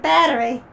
Battery